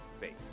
Faith